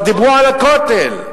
כבר דיברו על הכותל,